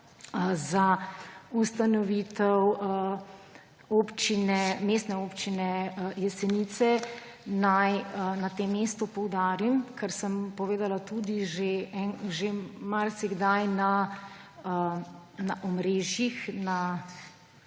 za ustanovitev Mestne občine Jesenice. Naj na tem mestu poudarim, ker sem povedala tudi že marsikdaj na omrežjih,